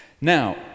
Now